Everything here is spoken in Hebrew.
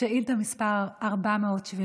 שאילתה מס' 475,